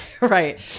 Right